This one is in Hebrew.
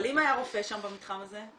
אבל אם היה רופא שם במתחם הזה?